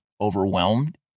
overwhelmed